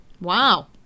Wow